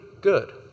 good